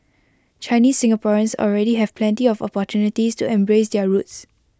Chinese Singaporeans already have plenty of opportunities to embrace their roots